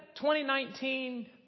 2019